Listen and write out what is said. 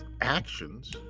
actions